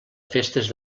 festes